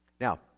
Now